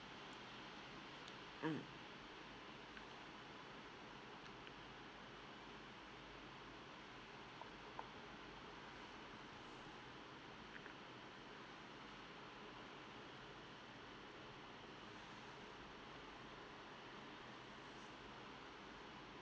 mm